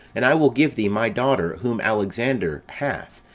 and i will give thee my daughter whom alexander hath,